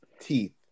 teeth